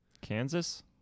kansas